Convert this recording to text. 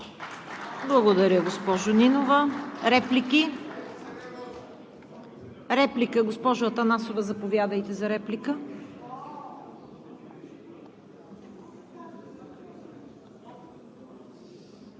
Благодаря, госпожо Нинова. Реплики? Госпожо Атанасова, заповядайте за реплика.